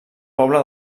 poble